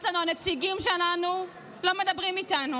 לנו: הנציגים שלנו לא מדברים איתנו,